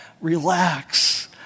relax